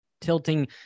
tilting